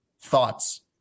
thoughts